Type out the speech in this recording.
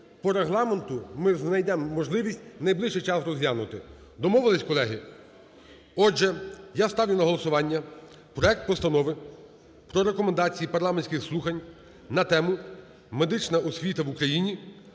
по Регламенту ми знайдемо можливість в найближчий час розглянути. Домовились, колеги? Отже, я ставлю на голосування проект Постанови про Рекомендації парламентських слухань на тему: "Медична освіта в Україні: